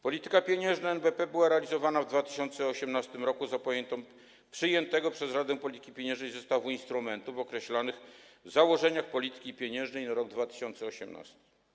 Polityka pieniężna NBP była realizowana w 2018 r. na podstawie przyjętego przez Radę Polityki Pieniężnej zestawu instrumentów określonych w założeniach polityki pieniężnej na rok 2018.